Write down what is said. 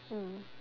mm